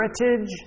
heritage